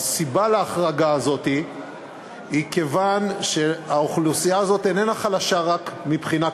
וההחרגה הזאת היא כיוון שהאוכלוסייה הזאת איננה חלשה רק מבחינה כלכלית,